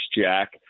Jack